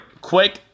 quick